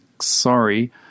Sorry